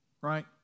Right